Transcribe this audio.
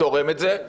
-- תורם את זה.